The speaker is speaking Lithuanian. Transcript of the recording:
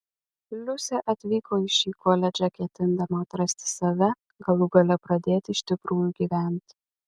liusė atvyko į šį koledžą ketindama atrasti save galų gale pradėti iš tikrųjų gyventi